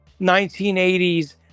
1980s